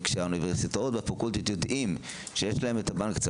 כשהאוניברסיטאות והפקולטות יודעים שיש להם בנק אצל